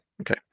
Okay